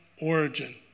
origin